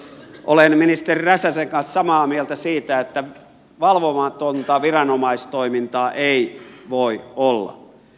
olen ministeri räsäsen kanssa samaa mieltä siitä että valvomatonta viranomaistoimintaa ei voi olla